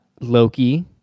Loki